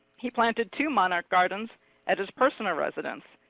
he planted two monarch gardens at his personal residence.